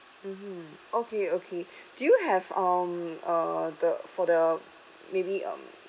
mmhmm okay okay do you have um uh the for the maybe um